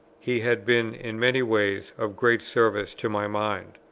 he had been in many ways of great service to my mind.